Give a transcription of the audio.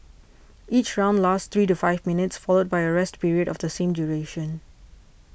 each round lasts three to five minutes followed by a rest period of the same duration